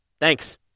Thanks